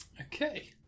Okay